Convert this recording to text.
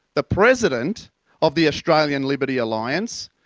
the president of the australian liberty alliance,